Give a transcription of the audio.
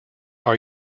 are